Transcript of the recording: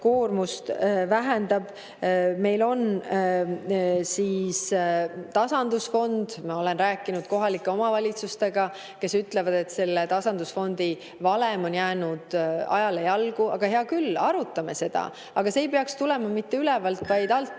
koormust vähendab. Meil on tasandusfond. Ma olen rääkinud kohalike omavalitsustega, kes ütlevad, et tasandusfondi valem on jäänud ajale jalgu. Hea küll, arutame seda. Aga see ei peaks tulema mitte ülevalt‑, vaid